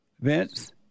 Vince